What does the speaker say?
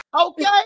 Okay